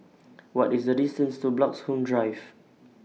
What IS The distance to Bloxhome Drive